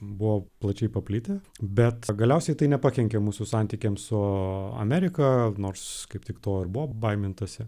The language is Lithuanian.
buvo plačiai paplitę bet galiausiai tai nepakenkė mūsų santykiams su amerika nors kaip tik to ir buvo baimintasi